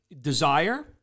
desire